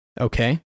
Okay